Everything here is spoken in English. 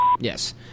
Yes